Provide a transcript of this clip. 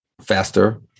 faster